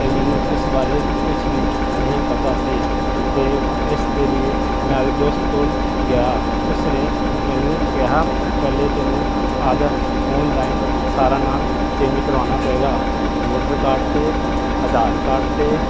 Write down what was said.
ਅਤੇ ਮੈਨੂੰ ਇਸ ਬਾਰੇ ਕੁਛ ਵੀ ਨਹੀਂ ਪਤਾ ਸੀ ਅਤੇ ਇਸ ਦੇ ਲਈ ਮੈਂ ਆਪਦੇ ਦੋਸਤ ਕੋਲ ਗਿਆ ਉਸ ਨੇ ਮੈਨੂੰ ਕਿਹਾ ਪਹਿਲੇ ਤੈਨੂੰ ਆਪਦਾ ਆਨਲਾਈਨ ਸਾਰਾ ਨਾਮ ਚੇਂਜ ਕਰਵਾਉਣਾ ਪਏਗਾ ਵੋਟਰ ਕਾਰਡ ਅਤੇ ਆਧਾਰ ਕਾਰਡ ਅਤੇ